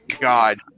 God